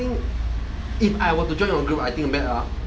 I think if I were to join your group I think we met ah